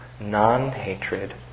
non-hatred